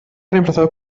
reemplazado